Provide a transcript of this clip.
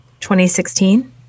2016